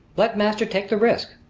let master take the risk,